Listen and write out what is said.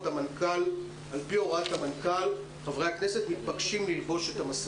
על פי הוראת המנכ"ל חברי הכנסת מתבקשים לעטות מסכות.